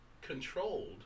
controlled